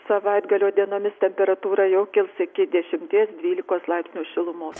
savaitgalio dienomis temperatūra jau kils iki dešimties dvylikos laipsnių šilumos